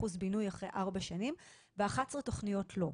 בינוי אחרי ארבע שנים ו-11 תכניות לא.